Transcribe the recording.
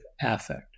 affect